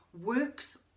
works